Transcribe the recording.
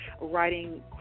writing